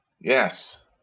Yes